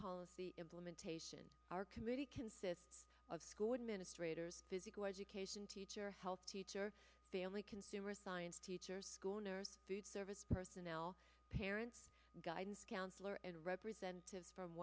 policy implementation our committee consists of school administrators physical education teacher health teacher family consumer science teachers school nurse food service personnel parent guidance counselor and representatives from